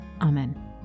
amen